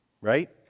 Right